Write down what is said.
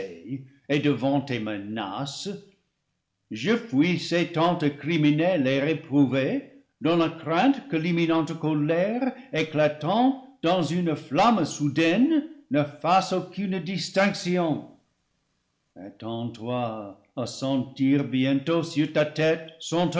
et devant tes menaces je fuis ces tentes criminelles et réprouvées dans la crainte que l'imminente colère éclatant dans une flamme soudaine ne fasse aucune distinction at tends toi à sentir bientôt sur ta tête son tonnerre